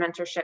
mentorship